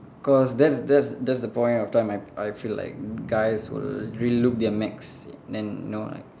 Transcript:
cause that's that's that's the point of time I I feel like guys will really look their max then you know like